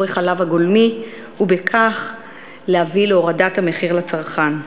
החלב הגולמי ובכך להביא להורדת המחיר לצרכן.